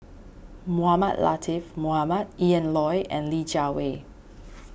Mohamed Latiff Mohamed Ian Loy and Li Jiawei